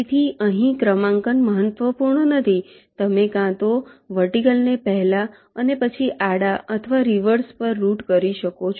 તેથી અહીં ક્રમાંકન મહત્વપૂર્ણ નથી તમે કાં તો વર્ટિકલને પહેલા અને પછી આડા અથવા રિવર્સ પર રૂટ કરી શકો છો